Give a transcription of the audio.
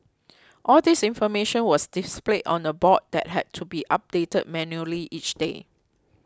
all this information was displayed on a board that had to be updated manually each day